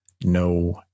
no